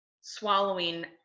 swallowing